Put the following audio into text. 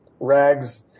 rags